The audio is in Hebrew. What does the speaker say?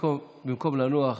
במקום לנוח,